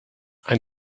einen